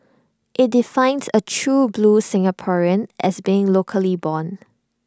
IT defines A true blue Singaporean as being locally born